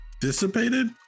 dissipated